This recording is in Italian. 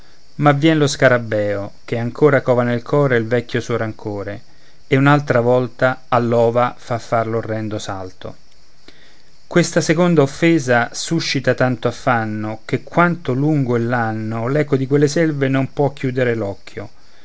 ma vien lo scarabeo che ancor cova nel core il vecchio suo rancore e un'altra volta all'ova fa far l'orrendo salto questa seconda offesa suscita tanto affanno che quanto lungo è l'anno l'eco di quelle selve non può chiudere